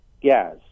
gas